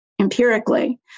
empirically